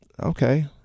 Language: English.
Okay